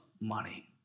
money